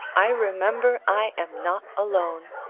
i remember i am not alone,